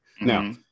Now